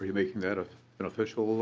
making that ah an official